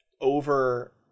over